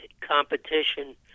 competition